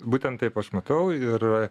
būtent taip aš matau ir